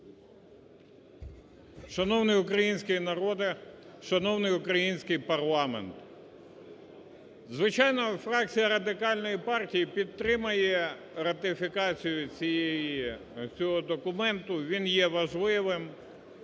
Шановний український народе, шановний український парламент! Звичайно, фракція Радикальної партії підтримує ратифікацію цієї… цього документу. Він є важливим,